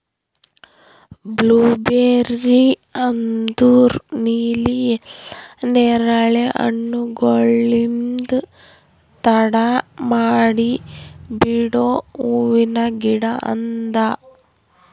blueberry ಅಂದುರ್ ನೀಲಿ ಇಲ್ಲಾ ನೇರಳೆ ಹಣ್ಣುಗೊಳ್ಲಿಂದ್ ತಡ ಮಾಡಿ ಬಿಡೋ ಹೂವಿನ ಗಿಡ ಅದಾ